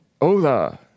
Hola